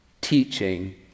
teaching